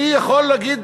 אני יכול להגיד